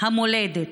המולדת,